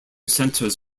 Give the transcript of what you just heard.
centers